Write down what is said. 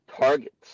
targets